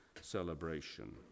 celebration